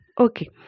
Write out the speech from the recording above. Okay